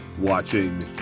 watching